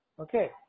Okay